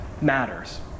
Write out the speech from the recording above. matters